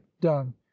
done